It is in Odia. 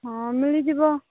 ହଁ ମିଳିଯିବ